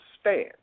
stand